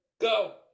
Go